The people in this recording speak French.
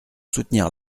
soutenir